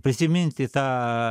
prisiminti tą